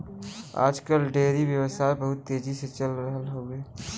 आज कल डेयरी व्यवसाय बहुत तेजी से चल रहल हौवे